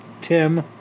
Tim